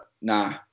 nah